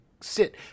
sit